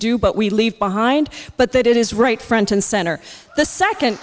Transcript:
do but we leave behind but that it is right front and center the second